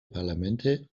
parlamente